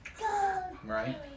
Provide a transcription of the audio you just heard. Right